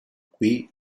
qui